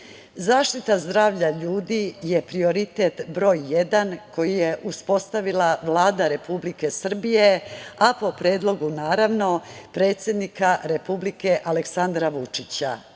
zaštita zdravlja ljudi je prioritet broj jedan koji je uspostavila Vlada Republike Srbije, a po predlogu predsednika Republike Aleksandra Vučića.